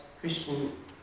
Christian